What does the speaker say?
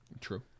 True